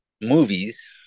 movies